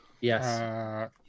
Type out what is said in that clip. Yes